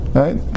right